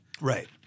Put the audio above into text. Right